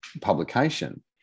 publication